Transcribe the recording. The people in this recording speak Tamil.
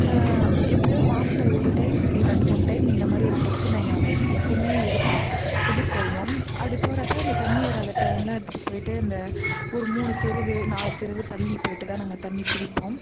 எப்படியாவது மாசத்தில் ஒரு டைம் இல்லை ரெண்டு மூணு டைம் இந்தமாதிரி ஒரு பிரச்சனை இங்கே நாங்கள் எப்பியுமே எதிர் எதிர்கொள்வோம் அப்படி போகிறப்ப இந்த தண்ணி வராத டைமில் எடுத்துகிட்டு போய்ட்டு இந்த ஒரு மூணுத்தெரு நாலுத்தெரு தள்ளி போய்ட்டுதான் நாங்கள் தண்ணி பிடிப்போம்